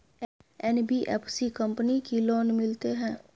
NBFC company की loan मिलते है?